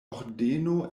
ordeno